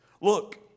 Look